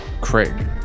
Craig